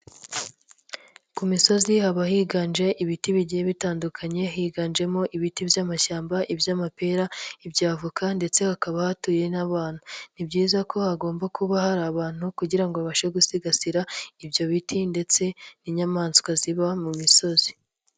Ku misozi haba higanje ibiti bigiye bitandukanye, higanjemo ibiti by'amashyamba, iby'amapera, inya avoka ndetse hakaba hatuye n'abantu. Ni byiza ko hagomba kuba hari abantu kugira ngo babashe gusigasira ibyo biti ndetse n'inyamaswa ziba mu misozi.